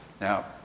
Now